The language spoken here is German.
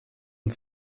und